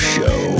Show